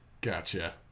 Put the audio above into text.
gotcha